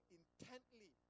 intently